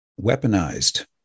weaponized